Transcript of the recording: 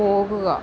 പോകുക